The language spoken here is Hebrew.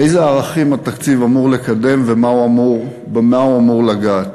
איזה ערכים התקציב אמור לקדם ובמה הוא אמור לגעת?